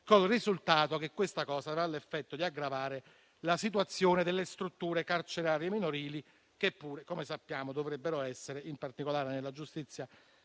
il risultato che si avrà l'effetto di aggravare la situazione delle strutture carcerarie minorili che pure, come sappiamo, dovrebbero essere, in particolare nella giustizia